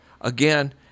again